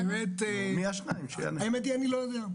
האמת אני לא יודע.